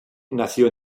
nació